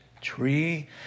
tree